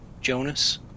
Jonas